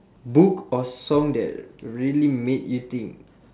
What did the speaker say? book or song that really made you think